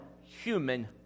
human